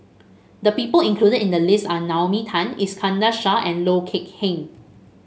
the people included in the list are Naomi Tan Iskandar Shah and Loh Kok Heng